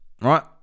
right